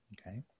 Okay